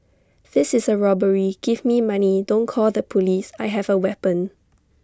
this is A robbery give me money don't call the Police I have A weapon